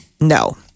No